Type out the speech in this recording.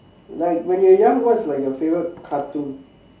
like when you're young what's like your favourite cartoon